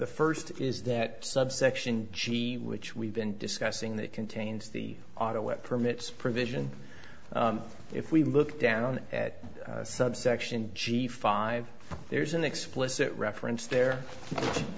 the first is that subsection g which we've been discussing that contains the auto wet permits provision if we look down at subsection g five there's an explicit reference there